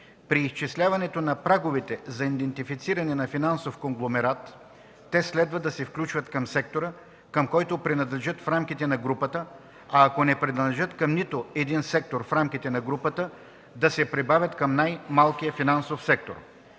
При изчисляването на праговете за идентифициране на финансов конгломерат те следва да се включат към сектора, към който принадлежат в рамките на групата, а ако не принадлежат към нито един сектор в рамките на групата, да се прибавят към най-малкия финансов сектор.